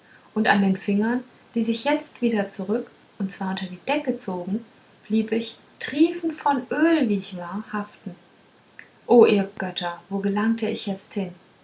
und an den fingern die sich jetzt wieder zurück und zwar unter die decke zogen blieb ich triefend von öl wie ich war haften o ihr götter wo gelangte ich jetzt hin